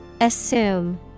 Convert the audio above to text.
Assume